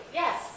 yes